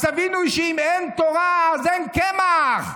אז תבינו שאם אין תורה אז אין קמח,